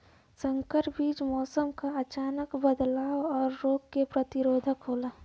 संकर बीज मौसम क अचानक बदलाव और रोग के प्रतिरोधक होला